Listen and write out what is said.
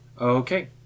okay